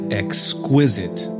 exquisite